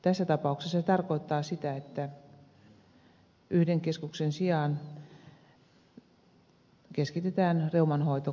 tässä tapauksessa se tarkoittaa sitä että yhden keskuksen sijaan keskitetään reuman hoito kolmeen keskukseen